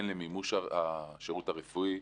הן למימוש השירות הרפואי,